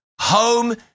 home